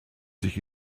sich